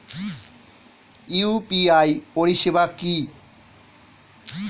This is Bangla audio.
ইউ.পি.আই পরিষেবা কি?